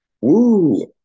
Woo